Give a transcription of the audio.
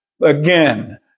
Again